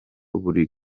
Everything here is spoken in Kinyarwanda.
buri